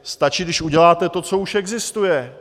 Stačí, když uděláte to, co už existuje.